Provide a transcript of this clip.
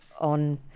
on